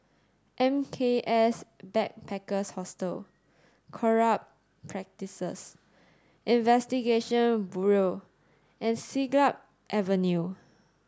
M K S Backpackers Hostel Corrupt Practices Investigation Bureau and Siglap Avenue